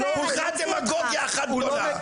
זאת דמגוגיה אחת גדולה.